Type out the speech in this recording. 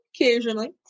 occasionally